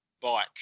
bike